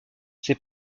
ces